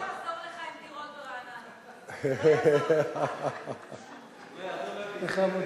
לא יעזור לך עם דירות ברעננה, לא יעזור לך.